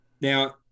now